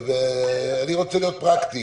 אני רוצה להיות פרקטי,